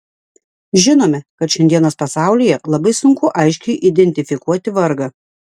žinome kad šiandienos pasaulyje labai sunku aiškiai identifikuoti vargą